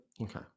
Okay